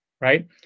right